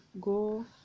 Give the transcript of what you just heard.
go